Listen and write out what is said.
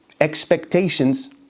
expectations